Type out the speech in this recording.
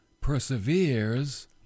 perseveres